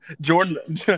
Jordan